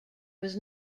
was